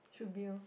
should be orh